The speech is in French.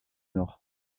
nord